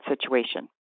situation